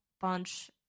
bunch